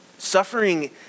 Suffering